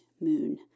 Moon